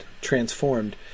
transformed